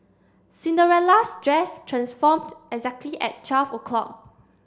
Cinderella's dress transformed exactly at twelve o'clock